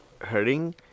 hurting